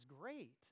great